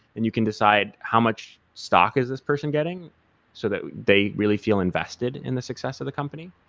and you can decide how much stock is this person getting so that they really feel invested in the success of the company.